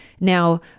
Now